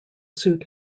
suit